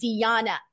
diana